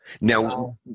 Now